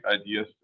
ideas